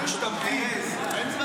אין שני